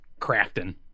crafting